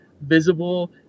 visible